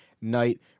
night